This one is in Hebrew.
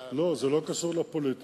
לא, זה לא קשור לפוליטיקה.